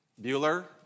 Bueller